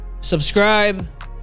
subscribe